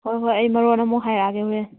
ꯍꯣꯏ ꯍꯣꯏ ꯑꯩ ꯃꯔꯣꯟ ꯑꯃꯨꯛ ꯍꯥꯏꯔꯛꯑꯒꯦ ꯍꯣꯔꯦꯟ